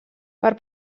per